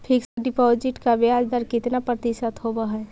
Fix deposit का ब्याज दर कितना प्रतिशत होब है?